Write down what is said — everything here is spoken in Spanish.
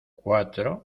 cuatro